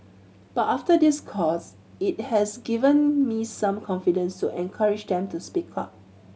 but after this course it has given me some confidence to encourage them to speak up